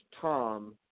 Tom